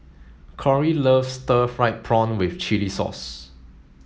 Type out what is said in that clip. Corrie loves stir fried prawn with chili sauce